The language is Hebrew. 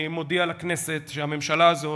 אני מודיע לכנסת שהממשלה הזאת,